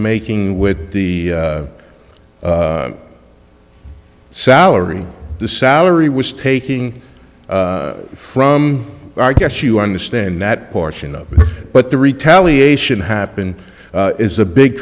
making with the salary the salary was taking from i guess you understand that portion of it but the retaliation happened is a big